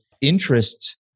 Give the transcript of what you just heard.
interest